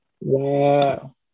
Wow